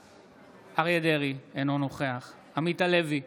בעד אריה מכלוף דרעי, אינו נוכח עמית הלוי,